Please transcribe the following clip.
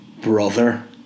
brother